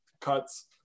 cuts